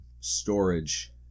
storage